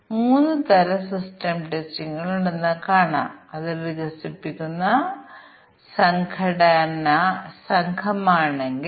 ഇപ്പോൾ വ്യത്യസ്ത മൂല്യങ്ങൾ എടുക്കാൻ കഴിയുന്ന ഈ വേരിയബിളുകൾ ഞങ്ങൾ പരിഗണിക്കുകയാണെങ്കിൽ